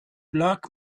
black